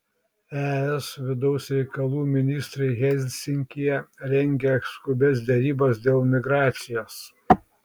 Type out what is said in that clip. es vidaus reikalų ministrai helsinkyje rengia skubias derybas dėl migracijos